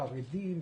חרדים,